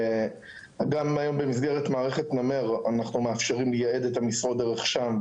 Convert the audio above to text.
גם היום במסגרת מערכת נמ"ר אנחנו מאפשרים לייעד את המשרות דרך שם,